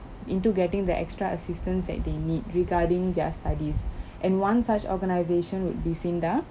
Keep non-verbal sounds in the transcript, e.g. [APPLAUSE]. into getting the extra assistance that they need regarding their studies [BREATH] and one such organization would be SINDA